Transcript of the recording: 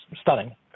stunning